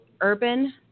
Urban